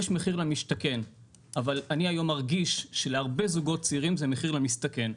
יש מחיר למשתכן אבל אני היום מרגיש שלהרבה זוגות צעירים זה מחיר למסתכן.